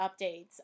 updates